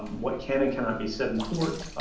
what can and cannot be said in court,